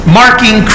marking